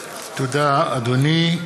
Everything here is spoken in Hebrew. תודה, אדוני.